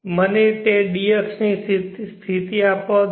મને તે d અક્ષની સ્થિતિ આપવા દો